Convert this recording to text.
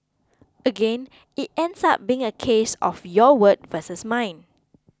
again it ends up being a case of your word versus mine